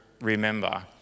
remember